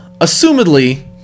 Assumedly